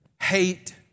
hate